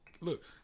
look